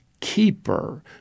keeper